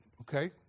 okay